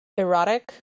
erotic